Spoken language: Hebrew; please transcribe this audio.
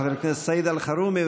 חבר הכנסת סעיד אלחרומי,